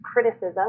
criticism